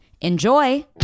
Enjoy